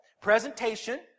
presentation